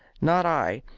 not i.